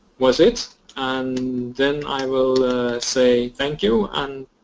was it and then i will say thank you and